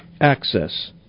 access